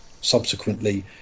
subsequently